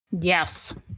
Yes